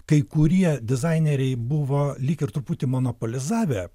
kai kurie dizaineriai buvo lyg ir truputį monopolizavę